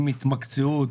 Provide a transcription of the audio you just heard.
עם התמקצעות